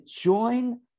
join